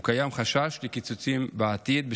וקיים חשש לקיצוצים בעתיד,